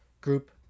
group